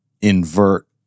invert